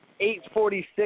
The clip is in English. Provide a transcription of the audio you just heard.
846